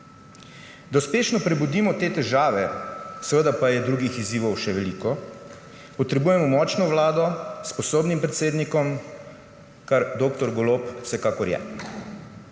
uspešno prebudimo te težave, seveda je pa drugih izzivov še veliko, potrebujemo močno vlado s sposobnim predsednikom, kar dr. Golob vsekakor je.